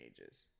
ages